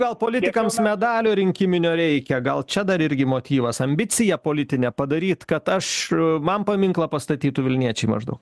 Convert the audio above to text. gal politikams medalio rinkiminio reikia gal čia dar irgi motyvas ambicija politinė padaryti kad aš man paminklą pastatytų vilniečiai maždaug